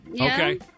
Okay